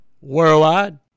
worldwide